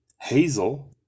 Hazel